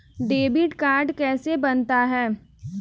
Debit card कैसे बनता है?